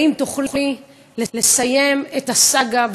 האם תוכלי לסיים את הסאגה,